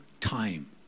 time